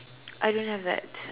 I don't have that